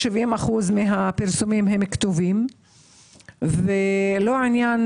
70% מהפרסומים הם כתובים ולא עניין